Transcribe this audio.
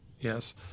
Yes